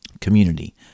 community